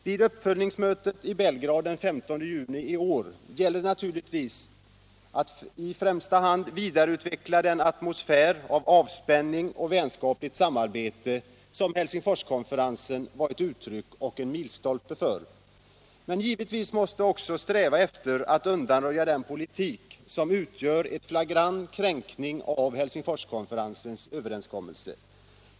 Vid uppföljningsmötet i Belgrad den 15 juni i år gäller det naturligtvis att i främsta hand vidareutveckla den atmosfär av avspänning och vänskapligt samarbete som Helsingforskonferensen var ett uttryck och en milstolpe för. Men givetvis måste man också sträva efter att undanröja den politik som utgör en flagrant kränkning av Helsingforskonferensens överenskommelse.